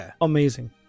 Amazing